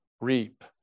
reap